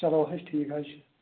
چلو حظ ٹھیٖک حظ چھُ